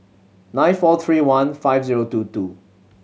nine four three one five zero two two